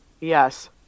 Yes